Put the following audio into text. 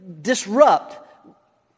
disrupt